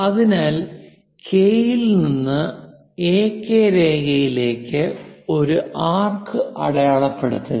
അതിനാൽ കെ യിൽ നിന്ന് എകെ രേഖയിലേക്കു ഒരു ആർക്ക് അടയാളപ്പെടുത്തുക